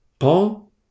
Paul